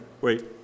wait